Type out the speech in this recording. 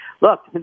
Look